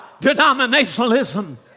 denominationalism